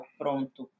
pronto